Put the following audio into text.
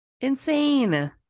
Insane